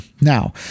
Now